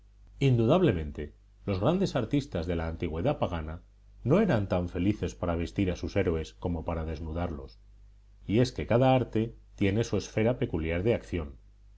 indudablemente los grandes artistas de la antigüedad pagana no eran tan felices para vestir a sus héroes como para desnudarlos y es que cada arte tiene su esfera peculiar de acción